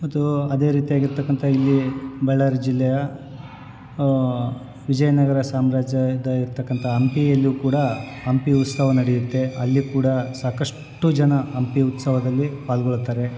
ಮತ್ತು ಅದೇ ರೀತಿಯಾಗಿರ್ತಕ್ಕಂಥ ಇಲ್ಲಿ ಬಳ್ಳಾರಿ ಜಿಲ್ಲೆಯ ವಿಜಯನಗರ ಸಾಮ್ರಾಜ್ಯದ ಇರ್ತಕ್ಕಂಥ ಹಂಪಿಯಲ್ಲು ಕೂಡ ಹಂಪಿ ಉತ್ಸವ ನಡೆಯುತ್ತೆ ಅಲ್ಲಿ ಕೂಡ ಸಾಕಷ್ಟು ಜನ ಹಂಪಿ ಉತ್ಸವದಲ್ಲಿ ಪಾಲ್ಗೊಳ್ಳುತ್ತಾರೆ